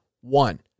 one